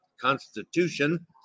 Constitution